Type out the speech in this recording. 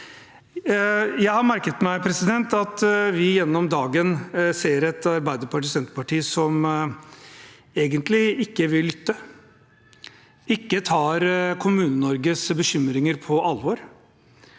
Jeg har merket meg at vi gjennom dagen ser et Arbeiderparti og et Senterparti som egentlig ikke vil lytte, som ikke tar Kommune-Norges bekymringer på alvor,